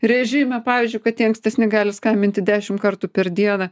režime pavyzdžiui kad tie ankstesni gali skambinti dešimt kartų per dieną